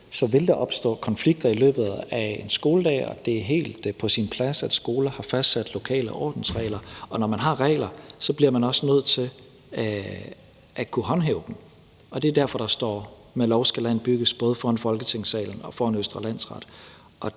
så vil der opstå konflikter i løbet af en skoledag, og det er helt på sin plads, at skoler har fastsat lokale ordensregler. Når man har regler, bliver man også nødt til at kunne håndhæve dem, og det er derfor, der står: Med lov skal land bygges både foran Folketingssalen og foran Københavns